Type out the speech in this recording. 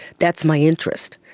that's my interest,